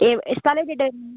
സ്ഥലം എവിടെയായിരുന്നു